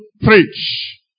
preach